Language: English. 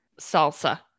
Salsa